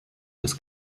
des